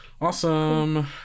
Awesome